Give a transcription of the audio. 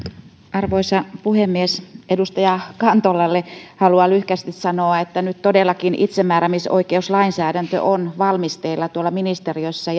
arvoisa puhemies edustaja kantolalle haluan lyhkäsesti sanoa että nyt todellakin itsemääräämisoikeuslainsäädäntö on valmisteilla tuolla ministeriössä